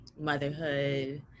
motherhood